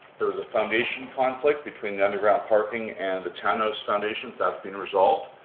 there was a foundation conflict between the underground parking and the tanos foundations, that's been resolved.